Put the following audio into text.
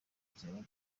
ubuzima